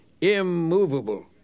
immovable